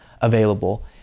available